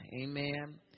Amen